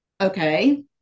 Okay